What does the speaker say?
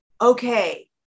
Okay